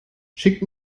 schickt